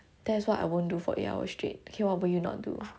that's what I won't do for eight hours straight okay what would you not do